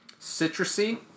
citrusy